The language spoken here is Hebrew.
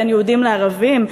בין יהודים לערבים,